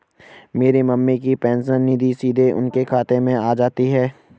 मेरी मम्मी की पेंशन निधि सीधे उनके खाते में आ जाती है